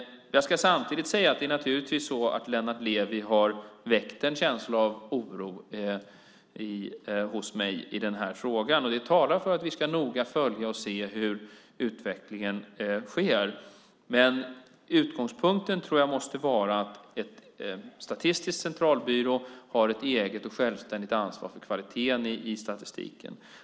Jag ska samtidigt säga att Lennart Levi naturligtvis har väckt en känsla av oro hos mig i den här frågan. Det talar för att vi noga ska följa och se hur utvecklingen sker. Men jag tror att utgångspunkten måste vara att Statistiska centralbyrån har ett eget och självständigt ansvar för kvaliteten i statistiken.